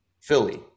Philly